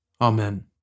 Amen